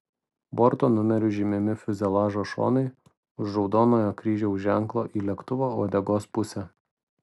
borto numeriu žymimi fiuzeliažo šonai už raudonojo kryžiaus ženklo į lėktuvo uodegos pusę